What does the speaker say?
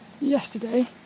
yesterday